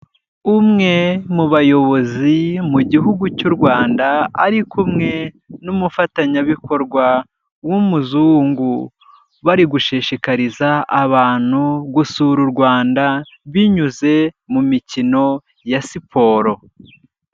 Umwe mu bayobozi mu gihugu cy'u Rwanda ari kumwe n'umufatanyabikorwa w'umuzungu, bari gushishikariza abantu gusura u Rwanda binyuze mu mikino ya siporo.